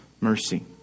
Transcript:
mercy